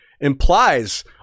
implies